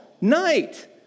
night